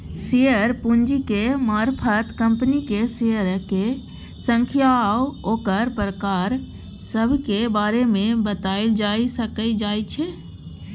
share पूंजीक मारफत कंपनीक शेयरक संख्या आ ओकर प्रकार सभक बारे मे बताएल जाए सकइ जाइ छै